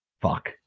fuck